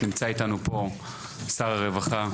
נמצא איתנו פה שר הרווחה,